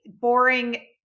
boring